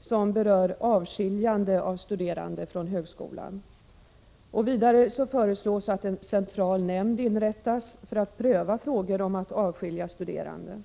som berör avskiljande av studerande från högskolan. Vidare föreslås att en central nämnd inrättas för att pröva frågor om att avskilja studerande från undervisningen.